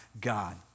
God